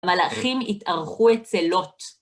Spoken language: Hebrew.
המלאכים התארחו אצל לוט.